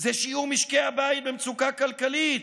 זה שיעור משקי הבית במצוקה כלכלית,